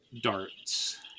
darts